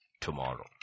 tomorrow